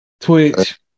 Twitch